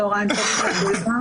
צהריים טובים.